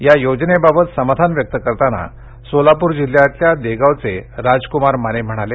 या योजनेबाबत समाधान व्यक्त करताना सोलापूर जिल्ह्यातल्या देगावचे राजकुमार माने म्हणाले